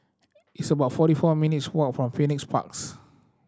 it's about forty four minutes' walk from Phoenix Parks